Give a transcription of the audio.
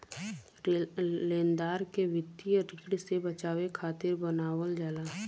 लेनदार के वित्तीय ऋण से बचावे खातिर बनावल जाला